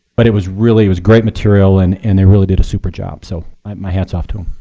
but it was really was great material, and and they really did a super job. so my hat's off to